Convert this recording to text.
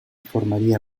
formaría